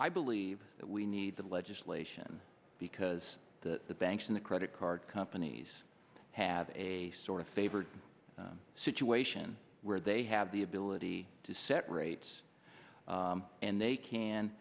i believe that we need the legislation because the banks and the credit card companies have a sort of favored situation where they have the ability to set rates and they can